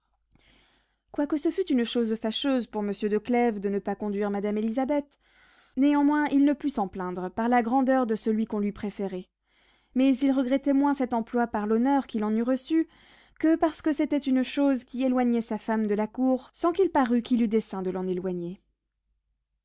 quoique ce fût une chose fâcheuse pour monsieur de clèves de ne pas conduire madame élisabeth néanmoins il ne put s'en plaindre par la grandeur de celui qu'on lui préférait mais il regrettait moins cet emploi par l'honneur qu'il en eût reçu que parce que c'était une chose qui éloignait sa femme de la cour sans qu'il parût qu'il eût dessein de l'en éloigner